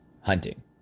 hunting